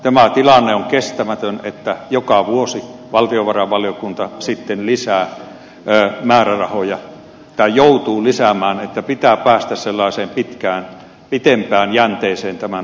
tämä tilanne on kestämätön että joka vuosi valtiovarainvaliokunta sitten lisää määrärahoja tai joutuu lisäämään joten pitää päästä sellaiseen pitempään jänteeseen tämän asian hoitamisessa